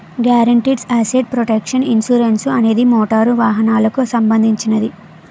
guaranteed asset protection insurance అనేది motor వాహనాలకు సంబంధించినది